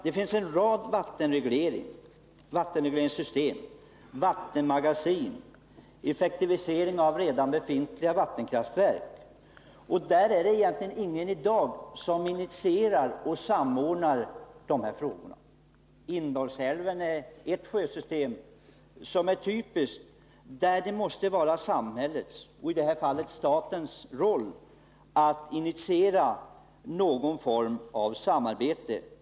Det finns en rad frågor om vattenregleringssystem, vattenmagasin och effektivisering av redan befintliga vattenkraftverk, men i dag är det egentligen ingen som initierar och samordnar dem. Indalsälven är ett typiskt vattensystem, där det måste vara samhällets — i det här fallet statens — roll att initiera någon form av samarbete.